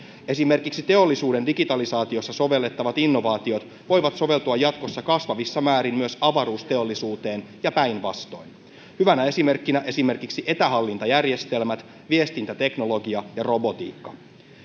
esimerkiksi teollisuuden digitalisaatiossa sovellettavat innovaatiot voivat soveltua jatkossa kasvavissa määrin myös avaruusteollisuuteen ja päinvastoin hyvänä esimerkkinä esimerkiksi etähallintajärjestelmät viestintäteknologia ja robotiikka